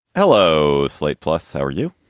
hello. slate plus. how are you?